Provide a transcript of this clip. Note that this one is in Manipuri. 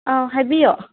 ꯑꯧ ꯍꯥꯏꯕꯤꯌꯣ